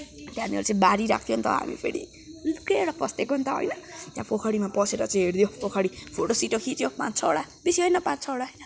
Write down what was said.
त्यहाँनिर चाहिँ बारिरहेको थियो नि त हामी फेरि लुकेर पसी दिएको नि त होइन त्यहाँ पोखरीमा पसेर चाहिँ हेरिदियो पोखरी फोटो सिटो खिच्यो पाँच छवटा बेसी होइन पाँच छवटा